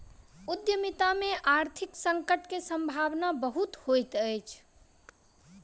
उद्यमिता में आर्थिक संकट के सम्भावना बहुत होइत अछि